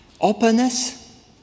Openness